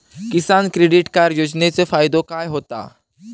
किसान credit card योजनेचो फायदो काय होता?